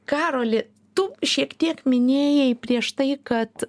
karoli tu šiek tiek minėjai prieš tai kad